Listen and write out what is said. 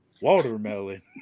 Watermelon